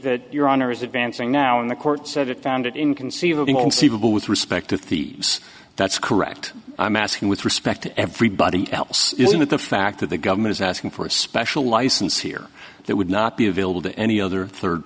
that your honor is advancing now in the court said it found it inconceivable conceivable with respect to thieves that's correct i'm asking with respect to everybody else isn't it the fact that the government is asking for a special license here that would not be available to any other third